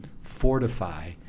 fortify